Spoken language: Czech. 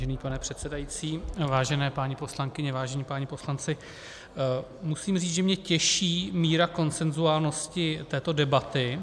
Vážený pane předsedající, vážené paní poslankyně, vážení páni poslanci, musím říct, že mě těší míra konsenzuálnosti této debaty.